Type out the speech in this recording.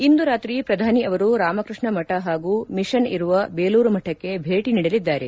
ಇಂದು ರಾತ್ರಿ ಪ್ರಧಾನಿ ಅವರು ರಾಮಕೃಷ್ಣ ಮಠ ಹಾಗೂ ಮಿಷನ್ ಇರುವ ಬೇಲೂರು ಮಠಕ್ಕೆ ಭೇಟಿ ನೀಡಲಿದ್ದಾರೆ